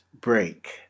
break